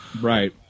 right